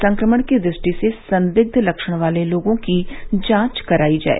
संक्रमण की दृष्टि से संदिग्ध लक्षण वाले लोगों की जांच कराई जाय